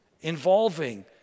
involving